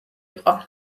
იყო